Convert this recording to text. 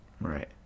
Right